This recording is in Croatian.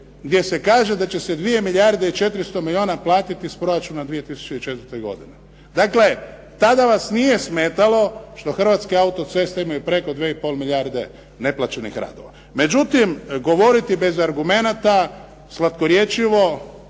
gdje se kaže da će se 2 milijarde i 400 milijuna platiti iz proračuna 2004. godine. Dakle, tada vas nije smetalo što Hrvatske autoceste imaju preko 2 i pol milijarde neplaćenih radova. Međutim, govoriti bez argumenata, slatkorječivo